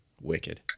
Wicked